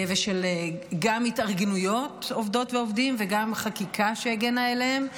גם התארגנויות עובדות ועובדים וגם חקיקה שהגנה עליהם.